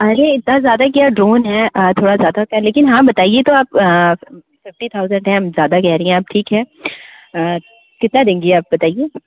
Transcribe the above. अरे इतना ज़्यादा क्या ड्रोन है थोड़ा ज़्यादा होता है लेकिन हाँ बताईए तो हम फिफ्टी थाउजेंड है आप ज़्यादा कर रही हैं ठीक है कितना देंगी आप बताईए